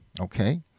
okay